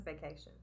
vacation